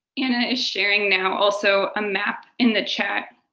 anna is sharing now also a map in the chat,